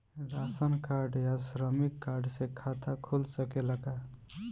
Ration card या श्रमिक card से खाता खुल सकेला का?